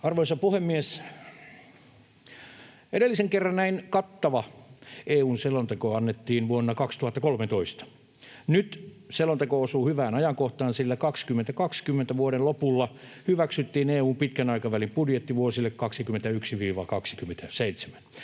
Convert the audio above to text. Arvoisa puhemies! Edellisen kerran näin kattava EU-selonteko annettiin vuonna 2013. Nyt selonteko osuu hyvään ajankohtaan, sillä vuoden 2020 lopulla hyväksyttiin EU:n pitkän aikavälin budjetti vuosille 21–27